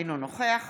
אינו נוכח